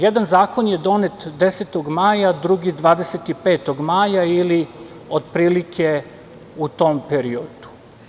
Jedan zakon je donet 10. maja, drugi 25. maja ili otprilike u tom periodu.